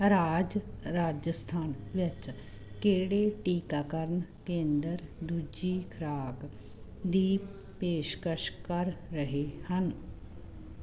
ਰਾਜ ਰਾਜਸਥਾਨ ਵਿੱਚ ਕਿਹੜੇ ਟੀਕਾਕਰਨ ਕੇਂਦਰ ਦੂਜੀ ਖੁਰਾਕ ਦੀ ਪੇਸ਼ਕਸ਼ ਕਰ ਰਹੇ ਹਨ